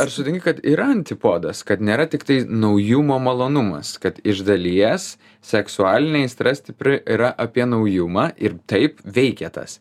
ar sutinki kad yra antipodas kad nėra tiktai naujumo malonumas kad iš dalies seksualinė aistra stipri yra apie naujumą ir taip veikia tas